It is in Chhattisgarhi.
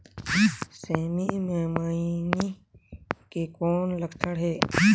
सेमी मे मईनी के कौन लक्षण हे?